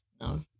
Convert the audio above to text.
no